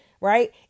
right